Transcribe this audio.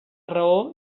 raó